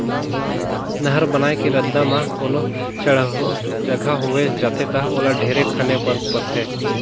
नहर बनाए के रद्दा म कोनो चड़हउ जघा होवे जाथे ता ओला ढेरे खने पर परथे